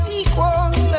equals